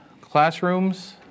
classrooms